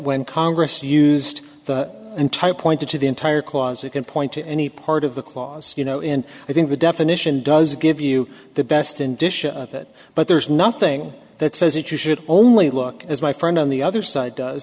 when congress used the entire point to the entire clause you can point to any part of the clause you know in i think the definition does give you the best and disha of it but there's nothing that says that you should only look as my friend on the other side does